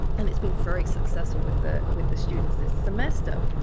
and it's been very successful with the with the students this semester.